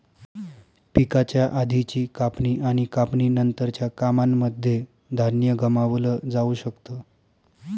पिकाच्या आधीची कापणी आणि कापणी नंतरच्या कामांनमध्ये धान्य गमावलं जाऊ शकत